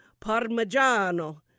parmigiano